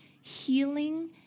healing